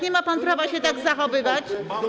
Nie ma pan prawa się tak zachowywać.